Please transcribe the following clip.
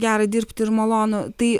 gera dirbti ir malonu tai